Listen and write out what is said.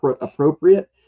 appropriate